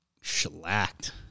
shellacked